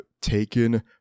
taken